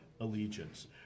allegiance